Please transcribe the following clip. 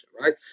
right